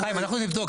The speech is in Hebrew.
חיים, אנחנו נבדוק.